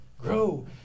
Grow